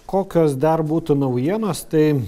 kokios dar būtų naujienos tai